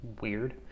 weird